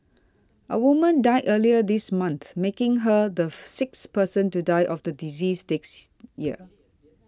a woman died earlier this month making her the sixth person to die of the disease this year